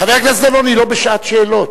חבר הכנסת דנון, היא לא בשעת שאלות.